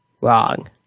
Wrong